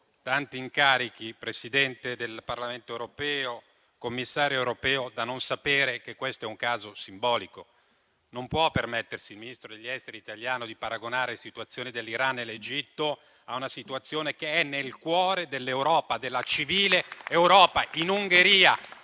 tanti incarichi (Presidente del Parlamento europeo e Commissario europeo), da non sapere che questo è un caso simbolico. Il Ministro degli affari esteri italiano non può permettersi di paragonare situazioni dell'Iran e dell'Egitto a una situazione che è nel cuore dell'Europa, della civile Europa, in Ungheria.